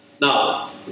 Now